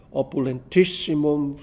opulentissimum